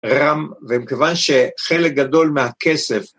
רם, ומכיוון שחלק גדול מהכסף